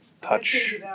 touch